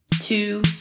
two